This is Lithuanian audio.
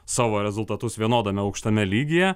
savo rezultatus vienodame aukštame lygyje